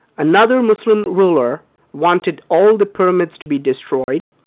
another muslim ruler wanted all the pyramids to be destroyed,